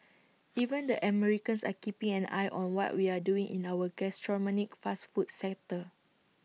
even the Americans are keeping an eye on what we're doing in our gastronomic fast food sector